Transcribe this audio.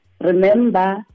Remember